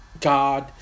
God